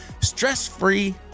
stress-free